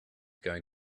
going